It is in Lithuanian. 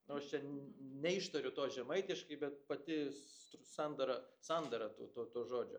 nu aš čia n n neištariu to žemaitiškai bet pati str sandara sandara tų to to žodžio